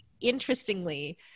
interestingly